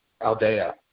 Aldea